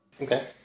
Okay